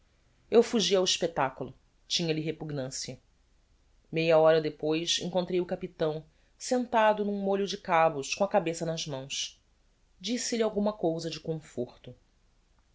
eu fugi ao expectaculo tinha-lhe repugnancia meia hora depois encontrei o capitão sentado n'um mólho de cabos com a cabeça nas mãos disse-lhe alguma cousa de conforto